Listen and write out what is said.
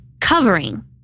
covering